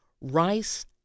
Rice